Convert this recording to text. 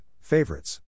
Favorites